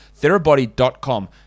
therabody.com